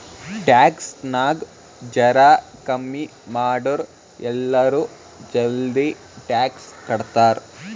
tax ನಾಗ್ ಜರಾ ಕಮ್ಮಿ ಮಾಡುರ್ ಎಲ್ಲರೂ ಜಲ್ದಿ ಟ್ಯಾಕ್ಸ್ ಕಟ್ತಾರ್